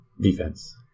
defense